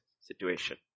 situation